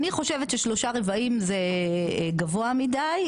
אני חושבת ששלושה רבעים זה גבוה מדי,